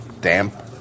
Damp